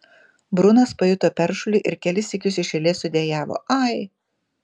brunas pajuto peršulį ir kelis sykius iš eilės sudejavo ai